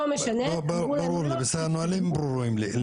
לא משנה --- בסדר, הנהלים ברורים לי.